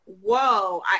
Whoa